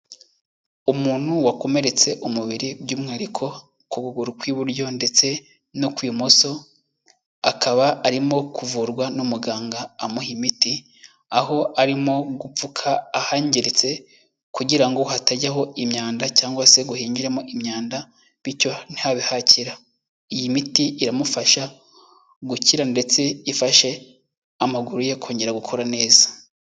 Umuntu wakomeretse umubiri by'umwihariko ku kuguru kw'iburyo ndetse no ku imoso, akaba arimo kuvurwa n'umuganga amuha imiti, aho arimo gupfuka ahangiritse kugira ngo hatajyaho imyanda cyangwa se ngo hinjireremo imyanda bityo ntihabe hakira. Iyi miti iramufasha gukira ndetse ifashe amaguru ye kongera gukora neza.